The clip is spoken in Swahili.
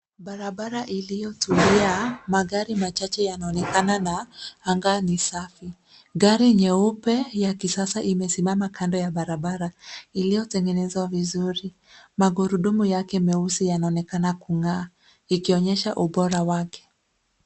Barabara iliyotulia magari machache yanaonekana na anga ni safi. Gari nyeupe ya kisasa imesimama kando ya barabara iliyotengenezwa vizuri. Magurudumu yake meusi yanaonekana kung'aa ikionyesha ubora wake.